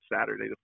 Saturday